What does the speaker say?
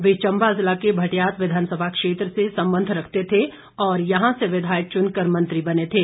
वह चम्बा जिला के भटियात विधानसभा क्षेत्र से संबंध रखते थे और यहां से विधायक चुन कर मंत्री बने थे